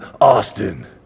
Austin